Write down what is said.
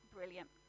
Brilliant